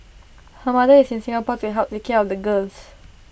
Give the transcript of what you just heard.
her mother is in Singapore to help take care of the girls